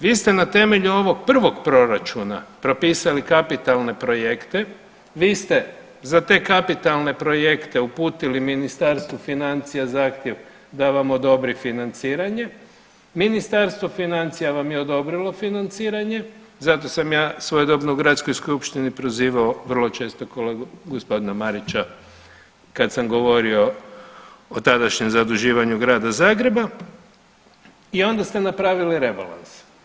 Vi ste na temelju ovog prvog proračuna propisali kapitalne projekte, vi ste za te kapitalne projekte uputili Ministarstvu financija zahtjev da vam odobri financiranje, Ministarstvo financija vam je odobrilo financiranje, zato sam ja svojedobno u Gradskoj skupštini prozivao vrlo često kolegu gospodina Marića, kad sam govorio o tadašnjem zaduživanju Grada Zagreba, i onda ste napravili rebalans.